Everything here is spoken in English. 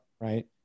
right